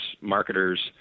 marketers